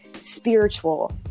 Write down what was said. spiritual